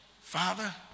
Father